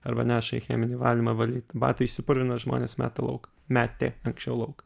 arba neša į cheminį valymą valyt batai išsipurvina žmonės meta lauk metė anksčiau lauk